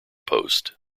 post